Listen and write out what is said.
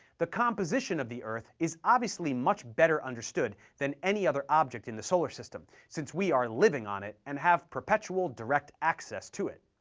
the composition of the earth is obviously much better understood than any other object in the solar system, since we are living on it, and have perpetual direct access to it.